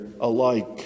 alike